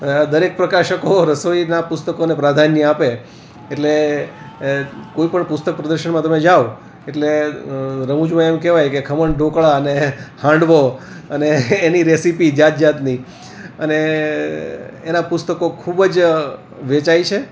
દરેક પ્રકાશકો રસોઈનાં પુસ્તકોને પ્રાધાન્ય આપે એટલે કોઈપણ પુસ્તક પ્રદર્શનમાં તમે જાઓ એટલે રમૂજમાં એમ કહેવાય કે ખમણ ઢોકળા અને હાંડવો અને એની રેસીપી જાત જાતની અને એનાં પુસ્તકો ખૂબ જ વેચાય છે